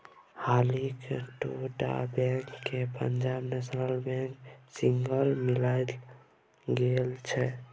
हालहि दु टा बैंक केँ पंजाब नेशनल बैंक संगे मिलाएल गेल छै